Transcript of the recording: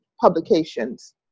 publications